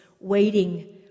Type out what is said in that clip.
waiting